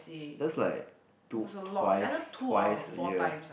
just like two twice twice a year